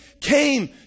came